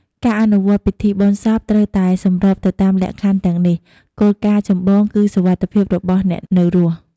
ការអនុវត្តពិធីបុណ្យសពត្រូវតែសម្របទៅតាមលក្ខខណ្ឌទាំងនេះ គោលការណ៍ចម្បងគឺសុវត្ថិភាពរបស់អ្នកនៅរស់។